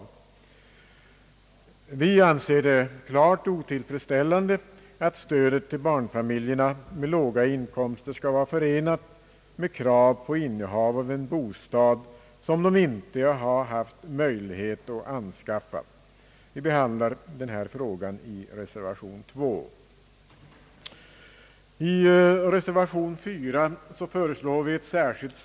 Vi anser det klart otillfredsställande att stödet till barnfamiljerna med låga inkomster skall vara förenat med krav på innehav av en bostad som de inte haft möjlighet att anskaffa. Denna fråga behandlas i reservation 2. I reservation 4 föreslår vi ett särskilt.